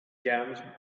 jam